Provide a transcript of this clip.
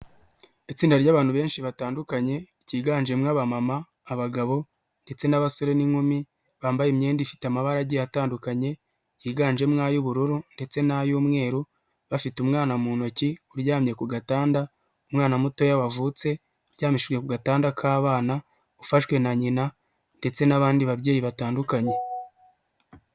Itsinda ry'abantu benshi batandukanye, ryiganjemo abamama, abagabo ndetse n'abasore n'inkum,i bambaye imyenda ifite amabaragi atandukanye, yiganjemo ay'ubururu ndetse n'ay'umweru, bafite umwana mu ntoki uryamye ku gatanda, umwana mutoya wavutse, uryamishijwe ku gatanda k'abana, ufashwe na nyina ndetse n'abandi babyeyi batandukanye.